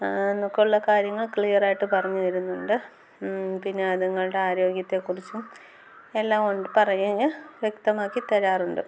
എന്നൊക്കെയുള്ള കാര്യങ്ങൾ ക്ലിയറായിട്ട് പറഞ്ഞു തരുന്നുണ്ട് പിന്നെ അതുങ്ങളുടെ ആരോഗ്യത്തെ കുറിച്ചും എല്ലാം പറഞ്ഞ് വ്യക്തമാക്കി തരാറുണ്ട്